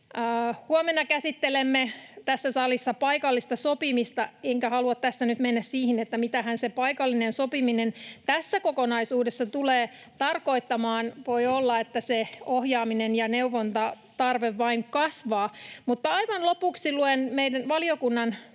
Huomenna käsittelemme tässä salissa paikallista sopimista, enkä halua tässä nyt mennä siihen, että mitähän se paikallinen sopiminen tässä kokonaisuudessa tulee tarkoittamaan. Voi olla, että se ohjaaminen ja neuvontatarve vain kasvaa. Mutta aivan lopuksi luen lauseen valiokunnan